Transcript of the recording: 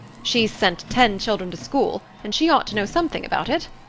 she's sent ten children to school and she ought to know something about it.